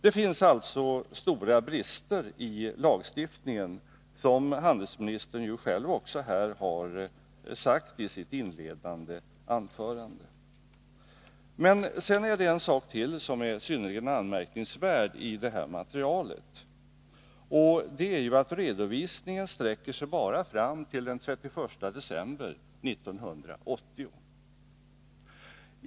Det finns alltså stora brister i lagstiftningen, som handelsministern ju själv också här har sagt i sitt inledande anförande. Men sedan är det en sak till som är synnerligen anmärkningsvärd i det här materialet, nämligen att redovisningen sträcker sig bara fram till den 31 december 1980.